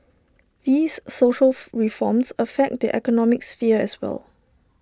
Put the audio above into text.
these social reforms affect the economic sphere as well